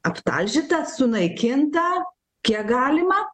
aptalžyta sunaikinta kiek galima